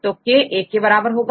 तो k एक के बराबर होगा